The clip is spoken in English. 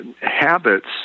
habits